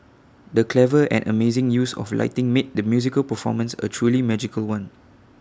the clever and amazing use of lighting made the musical performance A truly magical one